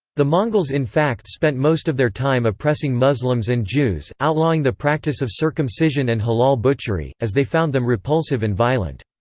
the mongols in fact spent most of their time oppressing muslims and jews, outlawing the practice of circumcision and halal butchery, as they found them repulsive and violent.